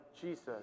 Jesus